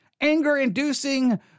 anger-inducing